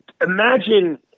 Imagine